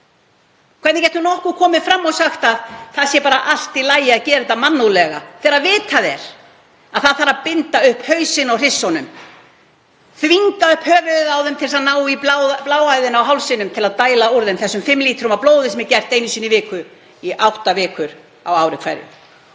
Hvernig getur nokkur komið fram og sagt að það sé bara allt í lagi að gera þetta mannúðlega þegar vitað er að það þarf að binda upp hausinn á hryssunum, þvinga upp höfuðið á þeim til að ná í bláæðina á hálsinum til að dæla úr þeim þessum fimm lítrum af blóði sem er gert einu sinni í viku í átta vikur á ári hverju?